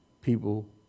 people